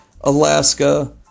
Alaska